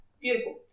beautiful